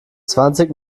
zwanzig